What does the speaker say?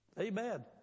Amen